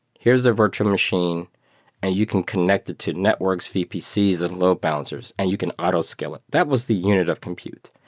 here is a virtual machine and you can connect it to networks, vpcs and load balancers and you can auto scale it. that was the unit of compute.